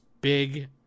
big